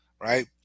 right